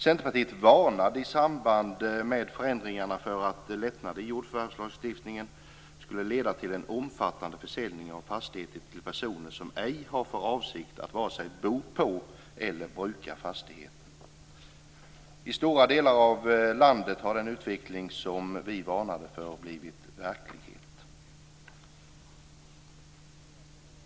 Centerpartiet varnade i samband med förändringarna för att lättnader i jordförvärvslagstiftningen skulle leda till en omfattande försäljning av fastigheter till personer som inte har för avsikt att vare sig bo på eller bruka fastigheterna. I stora delar av landet har den utveckling som vi varnade för blivit verklighet.